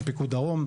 עם פיקוד דרום.